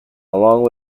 along